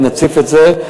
נציף את זה,